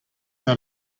out